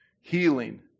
Healing